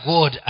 God